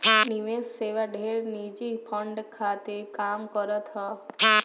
निवेश सेवा ढेर निजी फंड खातिर काम करत हअ